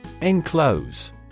Enclose